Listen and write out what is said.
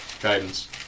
Guidance